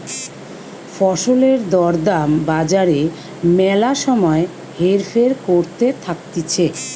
ফসলের দর দাম বাজারে ম্যালা সময় হেরফের করতে থাকতিছে